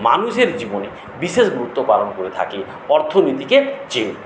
মানুষের জীবনে বিশেষ গুরুত্ব পালন করে থাকে অর্থনৈতির চেয়েও